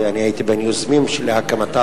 ואני הייתי בין היוזמים של הקמתה.